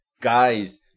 guys